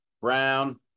brown